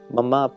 Mama